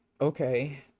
Okay